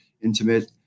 intimate